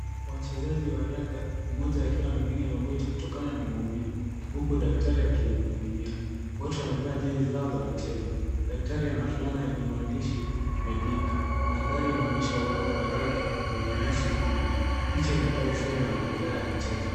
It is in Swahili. Wachezaji wa raga mmoja akiwa amepiga magoti kutokana na maumivu huku daktari akimhudumia. Wote wamevaa jezi zao za michezo. Daktari ana fulana yenye maandishi Medic . Mandhari inaonyesha uwanja wa raga wenye nyasi fupi. Picha inatoa hisia za majeraha ya michezo.